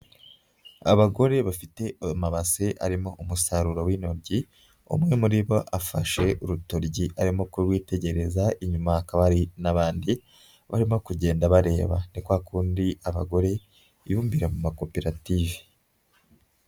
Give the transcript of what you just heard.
Abagore bafite amabase arimo umusaruro w'intoryi, umwe muri bo afashe urutoryi arimo kurwitegereza, inyuma hakaba n'abandi barimo kugenda bareba. Ni kwa kundi abagore yubumbira mu makoperative.